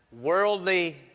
worldly